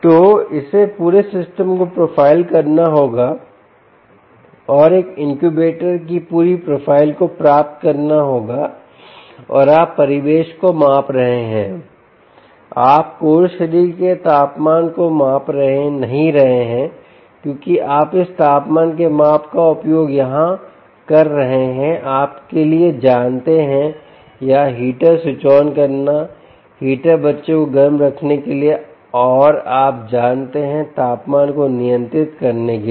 तो इसे पूरे सिस्टम को प्रोफाइल करना होगा और एक इनक्यूबेटर की पूरी प्रोफ़ाइल को प्राप्त करना होगा और आप परिवेश को माप रहे हैं आप कोर शरीर का तापमान को माप नहीं रहे हैं क्योंकि आप इस तापमान के माप का उपयोग यहां कर रहे हैं आपके लिए जानते हैं या हीटर स्विच ऑन करना हीटर बच्चे को गर्म रखने के लिए और आप जानते हैं तापमान को नियंत्रित करने के लिए